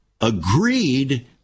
agreed